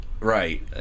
Right